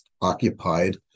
occupied